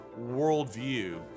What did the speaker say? worldview